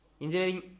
engineering